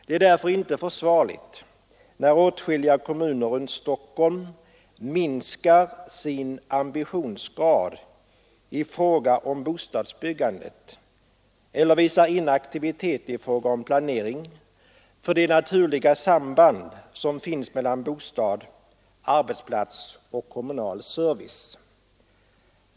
Det är därför inte försvarligt när åtskilliga kommuner runt Stockholm minskar sin om planering för det naturliga samband som finns mellan bostad, Onsdagen den arbetsplats och kommunal service.